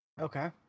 Okay